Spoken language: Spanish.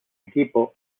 equipo